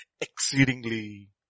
exceedingly